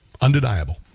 undeniable